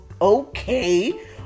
okay